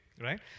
right